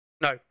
No